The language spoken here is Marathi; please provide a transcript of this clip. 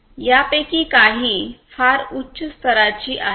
यापैकी काही फार उच्च स्तराची आहेत